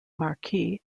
marquis